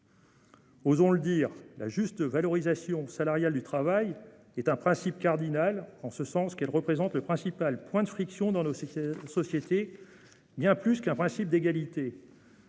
Osons le dire, la juste valorisation salariale du travail est un principe cardinal au sens qu'elle représente le principal point de friction dans nos sociétés : bien plus qu'un principe d'égalité,